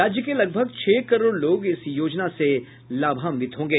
राज्य के लगभग छह करोड़ लोग इस योजना से लाभान्वित होंगे